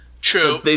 True